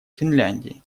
финляндии